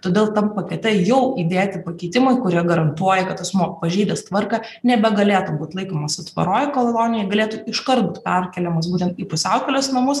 todėl tam pakete jau įdėti pakeitimai kurie garantuoja kad asmuo pažeidęs tvarką nebegalėtų būt laikomas atviroj kolonijoj galėtų iškart būt perkeliamas būtent į pusiaukelės namus